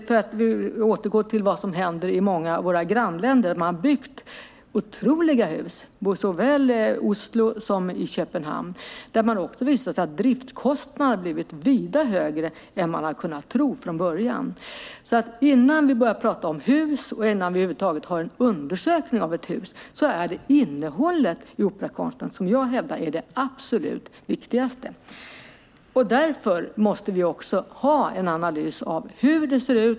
För att återknyta till vad som händer i många av våra grannländer, där man har byggt otroliga hus, såväl i Oslo som i Köpenhamn: Det har visat sig att driftskostnaderna har blivit vida högre än vad man trodde från början. Innan vi börjar prata om hus och innan vi över huvud taget har en undersökning av ett hus är det innehållet i operakonsten som jag hävdar är det absolut viktigaste. Därför måste vi också ha en analys av hur det ser ut.